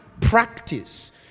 practice